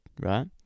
Right